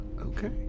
Okay